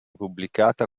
pubblicata